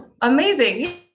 amazing